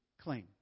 claim